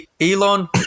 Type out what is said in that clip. Elon